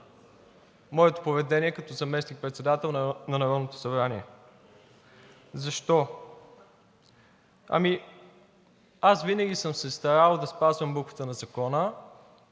моето поведение като заместник-председател на Народното събрание. Защо? Аз винаги съм се старал да спазвам буквата на закона,